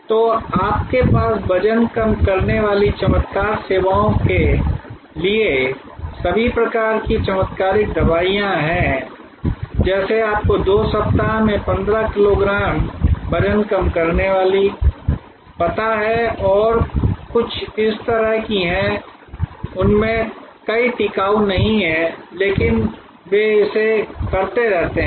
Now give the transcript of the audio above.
तो आपके पास वजन कम करने वाली चमत्कार सेवाओं के लिए सभी प्रकार की चमत्कारिक दवाएं हैं जैसे आपको 2 सप्ताह में 15 किलोग्राम वजन कम करने वाली पता हैं और कुछ इस तरह की हैं कि उनमें से कई टिकाऊ नहीं हैं लेकिन वे इसे करते रहते हैं